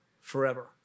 forever